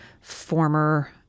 former